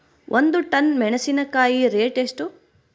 ಒಂದು ಟನ್ ಮೆನೆಸಿನಕಾಯಿ ರೇಟ್ ಎಷ್ಟು?